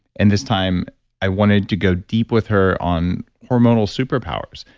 and this time i wanted to go deep with her on hormonal superpowers.